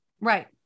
Right